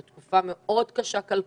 זו תקופה קשה מאוד כלכלית,